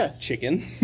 chicken